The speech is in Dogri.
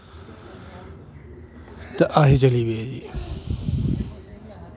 ते असी चली पे जी